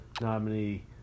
nominee